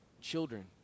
children